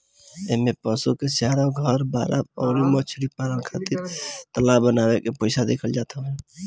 इमें पशु के चारा, घर, बाड़ा अउरी मछरी पालन खातिर तालाब बानवे के पईसा देहल जात हवे